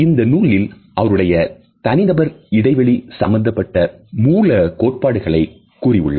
இந்த நூலில் அவருடைய தனிநபர் இடைவெளி சம்பந்தப்பட்ட மூல கோட்பாடுகளை கூறியுள்ளார்